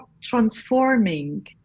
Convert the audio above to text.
transforming